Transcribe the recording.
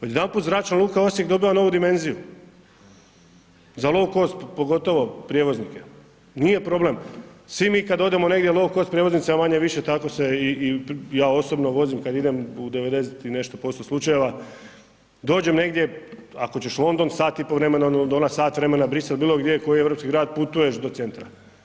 Odjedanput zračna luka Osijek dobiva novu dimenziju, za lo-cost pogotovo prijevoznike, nije problem, svi mi kad odemo negdje lo-cost prijevoznici, a manje-više tako se i ja osobno vozim kad idem u 90 i nešto posto slučajeva, dođem negdje, ako ćeš London, sat i po vremena od Londona, sat vremena Brisel, bilo gdje, u koji europski grad putuješ do centra.